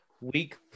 week